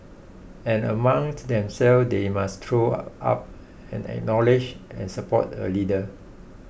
and amongst themselves they must throw up and acknowledge and support a leader